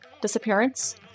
disappearance